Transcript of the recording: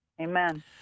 Amen